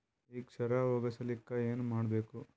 ಈ ಕ್ಷಾರ ಹೋಗಸಲಿಕ್ಕ ಏನ ಮಾಡಬೇಕು?